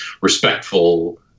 respectful